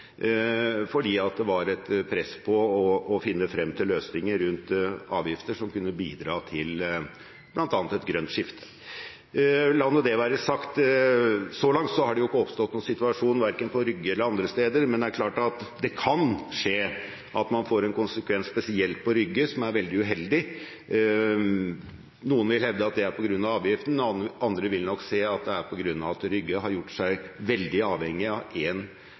fordi det var et press for å finne frem til løsninger rundt avgifter som kunne bidra til bl.a. et grønt skifte. La nå det være sagt. Så langt har det ikke oppstått noen situasjon verken på Rygge eller andre steder, men det er klart at det kan skje at man får en konsekvens spesielt på Rygge som er veldig uheldig. Noen vil hevde at det er på grunn av avgiften, andre vil nok se at det er på grunn av at Rygge har gjort seg veldig avhengig av